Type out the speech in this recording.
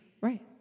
Right